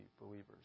believers